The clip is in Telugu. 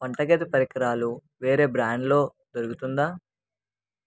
వంట గది పరికరాలు వేరే బ్రాండ్లో దొరుకుతుందా